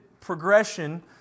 progression